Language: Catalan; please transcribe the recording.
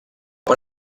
per